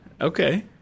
Okay